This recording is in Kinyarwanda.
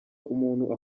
umuntu